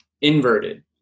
inverted